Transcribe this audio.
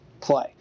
play